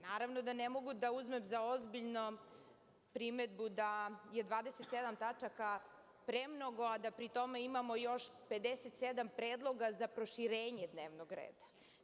Naravno da ne mogu da uzmem za ozbiljno primedbu da je 27 tačaka premnogo, a da pri tome imamo još 57 predloga za proširenje dnevnog reda.